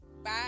Bye